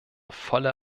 volle